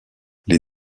les